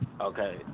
Okay